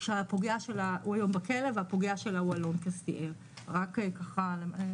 ים במצב שבו נושא הבריאות הוא נושא חשוב כשלעצמו ויש בו הרבה מה לעשות.